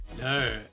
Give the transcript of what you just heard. No